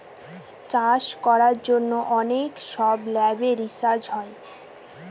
চাষ করার জন্য অনেক সব ল্যাবে রিসার্চ হয়